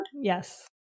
Yes